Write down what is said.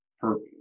purpose